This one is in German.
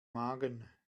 magen